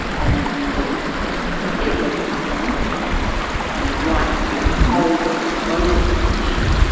and the ah intellectual property rights and the right to hold and dispose of the tissue